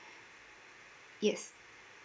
yes